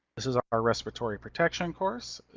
this is our respiratory protection course.